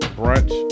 brunch